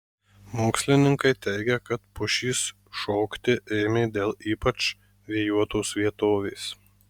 mokslininkai teigia kad pušys šokti ėmė dėl ypač vėjuotos vietovės